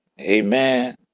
Amen